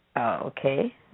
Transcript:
Okay